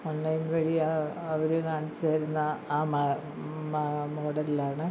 online വഴി ആ അവർ കാണിച്ചുതരുന്ന ആ മോഡലിലാണ്